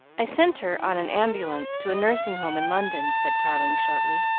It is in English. i sent her on an ambulance to a nursing-home in london, said tarling shortly.